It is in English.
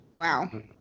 wow